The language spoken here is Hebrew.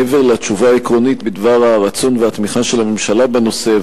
מעבר לתשובה העקרונית בדבר הרצון והתמיכה של הממשלה בנושא,